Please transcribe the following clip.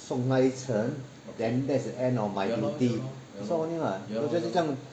送他一辰 then that's the end of my duty that's all only [what] 就这样